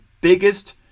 biggest